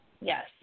yes